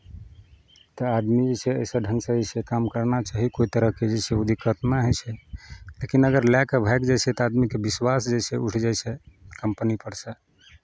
तऽ आदमी जे छै एहिसभ ढङ्गसँ जे छै से काम करना चाही कोइ तरहके जे छै ओ दिक्कत नहि होइ छै लेकिन अगर लए कऽ भागि जाइ छै तऽ आदमीके विश्वास जे छै उठि जाइ छै कंपनीपर सँ